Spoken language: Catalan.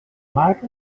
mar